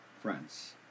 friends